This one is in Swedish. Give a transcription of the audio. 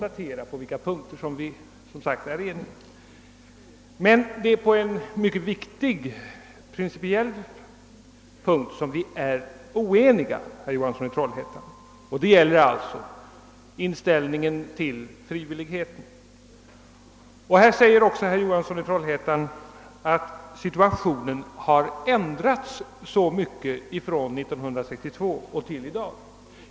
Men på en principiellt mycket viktig punkt är vi oeniga, herr Johansson, nämligen när det gäller inställningen till frivilligheten. Herr Johansson sade att situationen har ändrats radikalt från 1962 till i dag.